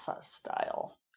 style